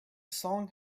song